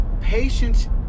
patience